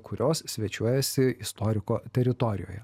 kurios svečiuojasi istoriko teritorijoje